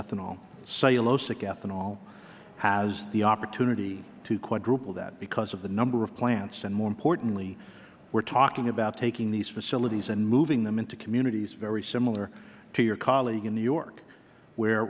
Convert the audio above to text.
ethanol has the opportunity to quadruple that because of the number of plants and more importantly we are talking about taking these facilities and moving them into communities very similar to your colleague in new york where